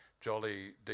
jolly